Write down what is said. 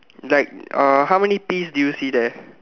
like uh how many peas do you see there